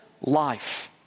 life